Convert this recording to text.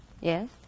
Yes